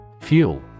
Fuel